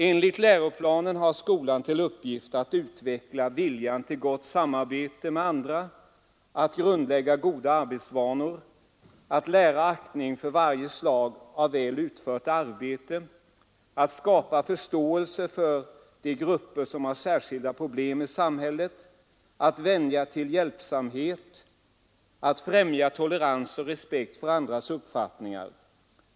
Enligt läroplanen har skolan till uppgift att utveckla viljan till gott samarbete med andra, att grundlägga goda arbetsvanor, att lära aktning för varje slag av väl utfört arbete, att skapa förståelse för de grupper, som har särskilda problem i samhället, att vänja till hjälpsamhet, att främja tolerans och respekt för andras uppfattningar.